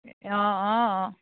অঁ অঁ অঁ